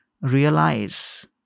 realize